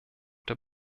der